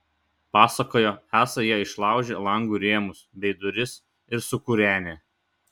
pasakojo esą jie išlaužę langų rėmus bei duris ir sukūrenę